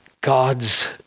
God's